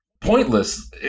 pointless